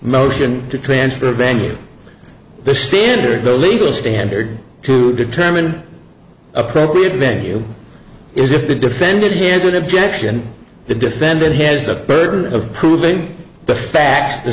notion to transfer venue the standard the legal standard to determine appropriate venue is if the defendant hears what objection the defendant has the burden of proving the facts the